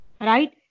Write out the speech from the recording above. Right